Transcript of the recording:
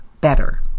better